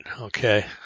Okay